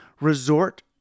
resort